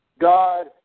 God